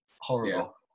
horrible